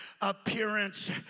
appearance